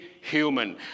human